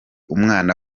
umwana